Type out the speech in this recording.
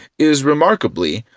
is, remarkably,